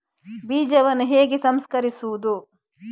ಬೀಜವನ್ನು ಹೇಗೆ ಸಂಸ್ಕರಿಸುವುದು?